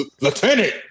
Lieutenant